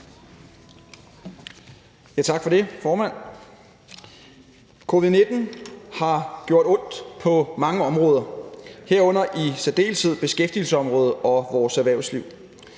Tak for det, formand. Covid-19 har gjort ondt på mange områder, herunder i særdeleshed beskæftigelsesområdet og vores erhvervsliv.